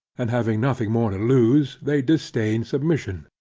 and having nothing more to lose, they disdain submission.